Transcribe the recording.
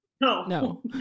No